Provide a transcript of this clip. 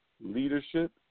leadership